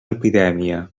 epidèmia